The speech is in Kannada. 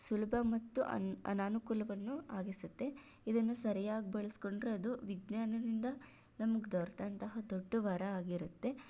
ಸುಲಭ ಮತ್ತು ಅನಾನುಕೂಲವನ್ನು ಆಗಿಸುತ್ತೆ ಇದನ್ನು ಸರಿಯಾಗಿ ಬಳಸಿಕೊಂಡ್ರೆ ಅದು ವಿಜ್ಞಾನದಿಂದ ನಮಗೆ ದೊರೆತಂತಹ ದೊಡ್ಡ ವರ ಆಗಿರುತ್ತೆ